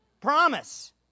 Promise